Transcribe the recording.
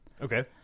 Okay